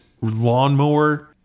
lawnmower